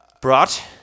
brought